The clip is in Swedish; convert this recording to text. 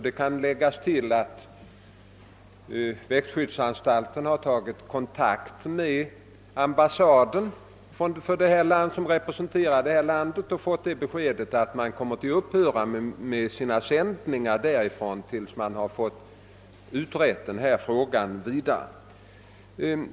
Det kan tilläggas att växtskyddsanstalten har tagit kontakt med landets ambassad och fått beskedet att man kommer att upphöra med sina sändningar tills man utrett denna fråga vidare.